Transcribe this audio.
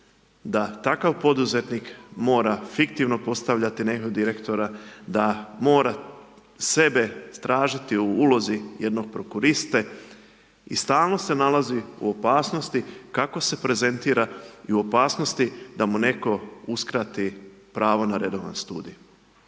da takav poduzetnik mora fiktivno postaviti nekog direktora, da mora sebe tražiti u ulozi jednog prokuriste, i stalno se nalazi u opasnosti kako se prezentira i u opasnosti da mu netko uskrati pravo na redovan studij.